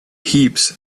heaps